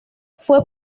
fue